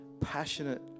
passionate